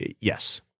Yes